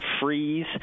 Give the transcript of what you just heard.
freeze